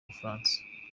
bufaransa